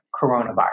coronavirus